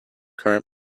current